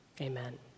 Amen